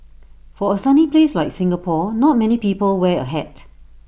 for A sunny place like Singapore not many people wear A hat